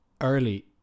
early